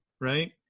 right